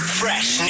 fresh